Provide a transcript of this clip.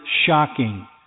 shocking